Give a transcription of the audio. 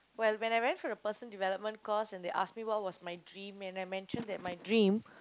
well when I went for the person development course and they ask me what was my dream and I mention that my dream